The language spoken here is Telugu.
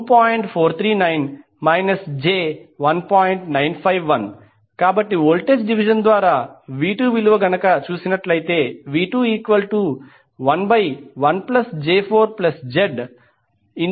951 కాబట్టి వోల్టేజ్ డివిజన్ ద్వారా V211j4Z10∠02